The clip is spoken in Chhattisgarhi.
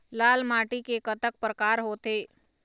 लाल माटी के कतक परकार होथे?